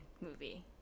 movie